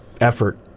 effort